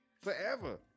forever